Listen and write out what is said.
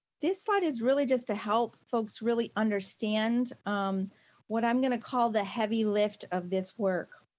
this slide is really just to help folks really understand um what i'm gonna call the heavy lifting of this work